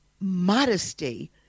modesty